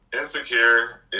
Insecure